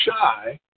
shy